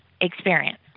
experience